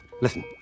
Listen